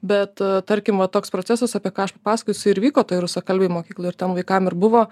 bet tarkim va toks procesas apie ką aš pasakoju jisai ir vyko toj rusakalbėj mokykloj ir ten vaikam ir buvo